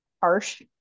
harsh